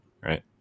right